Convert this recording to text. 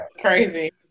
crazy